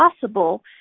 possible